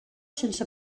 sense